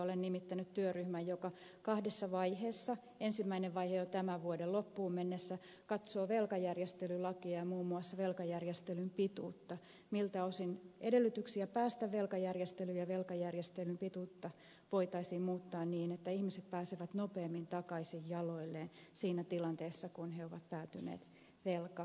olen nimittänyt työryhmän joka kahdessa vaiheessa ensimmäinen vaihe jo tämän vuoden loppuun mennessä katsoo velkajärjestelylakia ja muun muassa velkajärjestelyn pituutta miltä osin edellytyksiä päästä velkajärjestelyyn ja velkajärjestelyn pituutta voitaisiin muuttaa niin että ihmiset pääsevät nopeammin takaisin jaloilleen siinä tilanteessa kun he ovat päätyneet velkajärjestelyyn